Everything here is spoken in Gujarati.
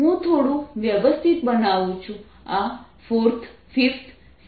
હું થોડું વ્યવસ્થિત બનાવું છું આ 4th 5th 6th અને 7th છે